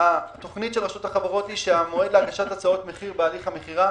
התוכנית של רשות החברות היא שהמועד להגשת הצעות מחיר בהליך המכירה